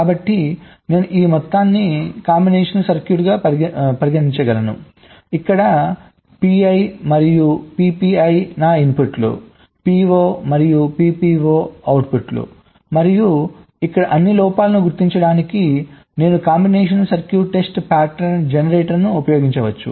కాబట్టి నేను ఈ మొత్తాన్ని కాంబినేషన్ సర్క్యూట్గా పరిగణించగలను ఇక్కడ PI మరియు PPI నా ఇన్పుట్లు PO మరియు PPO అవుట్పుట్లు మరియు ఇక్కడ అన్ని లోపాలను గుర్తించడానికి నేను కాంబినేషన్ సర్క్యూట్ టెస్ట్ ప్యాటర్న్ జెనరేటర్ను ఉపయోగించవచ్చు